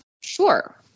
Sure